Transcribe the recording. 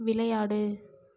விளையாடு